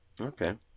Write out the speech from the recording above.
okay